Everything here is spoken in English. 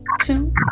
two